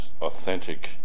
authentic